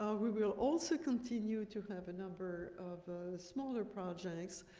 ah we we will also continue to have a number of smaller projects.